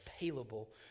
available